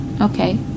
Okay